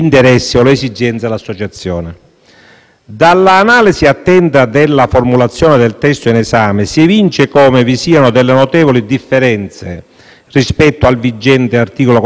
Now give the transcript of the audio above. Dall'analisi attenta della formulazione del testo in esame, si evince come vi siano delle notevoli differenze rispetto al vigente articolo 416-*ter.*